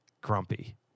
grumpy